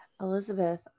Elizabeth